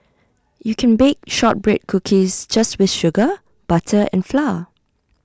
you can bake Shortbread Cookies just with sugar butter and flour